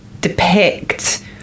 depict